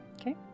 Okay